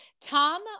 tom